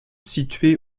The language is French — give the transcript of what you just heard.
située